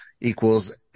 equals